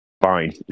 fine